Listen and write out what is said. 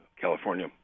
California